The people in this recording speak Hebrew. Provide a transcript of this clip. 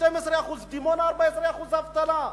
12%. בדימונה, 14% אבטלה.